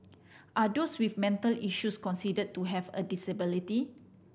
are those with mental issues considered to have a disability